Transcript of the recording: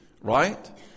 right